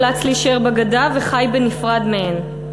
אולץ להישאר בגדה וחי בנפרד מהן.